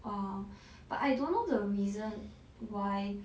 err but I don't know the reason why